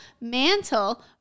mantle